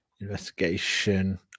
investigation